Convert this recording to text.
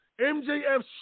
MJF